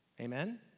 amen